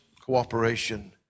cooperation